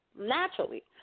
naturally